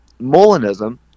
molinism